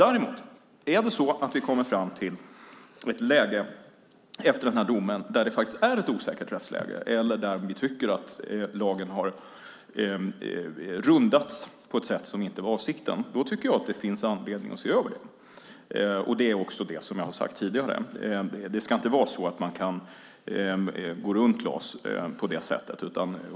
Är det däremot så att vi efter den här domen kommer fram till att det faktiskt är ett osäkert rättsläge eller att vi tycker att lagen har rundats på ett sätt som inte var avsikten tycker jag att det finns anledning att se över det. Det är vad jag sagt tidigare. Man ska inte kunna gå runt LAS på det sättet.